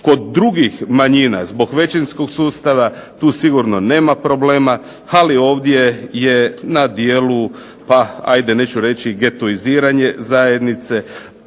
Kod drugih manjina zbog većinskog sustava tu sigurno nema problema, ali ovdje je na djelu getoiziranje zajednice,